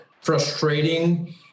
frustrating